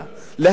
להיפך.